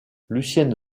lucienne